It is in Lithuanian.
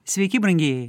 sveiki brangieji